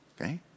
Okay